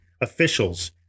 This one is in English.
officials